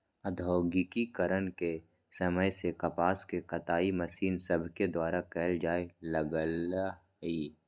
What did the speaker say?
औद्योगिकरण के समय से कपास के कताई मशीन सभके द्वारा कयल जाय लगलई